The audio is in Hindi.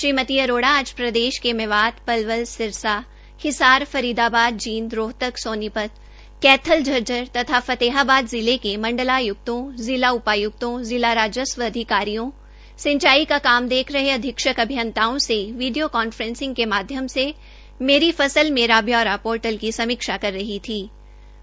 श्रीमती अरोड़ा आज प्रदेश के मेवात पलवल सिरसा हिसार फरीदाबाद जींद रोहतकसोनीपत कैथल झज्जर तथा फतेहाबाद जिले के मण्डालाय्क्तों जिला उपाय्क्तों जिला राजस्व अधिकारियों सिंचाई का काम देख रहे अधीक्षक अभियन्ताओं से विडियो काफ्रे ंसिंग के माध्यम से मेरी फसल मेरा ब्योरा पोर्टल की समीक्षा कर रही थीं